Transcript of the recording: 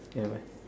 ya why